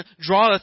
draweth